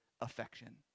affection